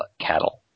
cattle